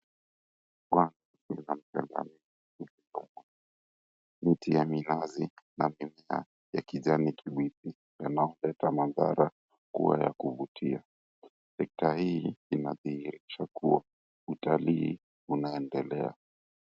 Miti ya minazi na mimea ya kijani kibichi yanaongeza mandhari kuwa ya kuvutia. Sekta hii inadhihirisha kuwa utalii unaendelea.